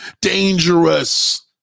dangerous